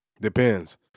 Depends